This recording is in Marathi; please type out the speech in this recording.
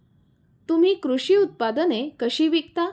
तुम्ही कृषी उत्पादने कशी विकता?